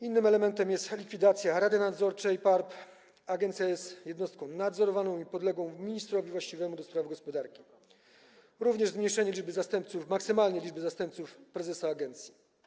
Innym elementem jest likwidacja rady nadzorczej PARP - agencja jest jednostką nadzorowaną i podległą ministrowi właściwemu do spraw gospodarki - jak również zmniejszenie maksymalnej liczby zastępców prezesa agencji.